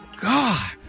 God